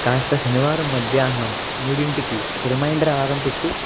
కాస్త శనివారం మధ్యాహ్నం మూడింటికి ఒక రిమైండర్ అలారం పెట్టు